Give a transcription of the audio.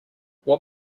what